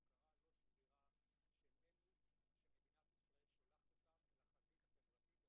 הפקרה לא סבירה של אלו שמדינת ישראל שולחת אותם אל החזית החברתית,